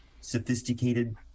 sophisticated